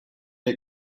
est